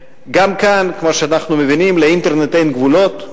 כמו שאנחנו מבינים, גם כאן לאינטרנט אין גבולות.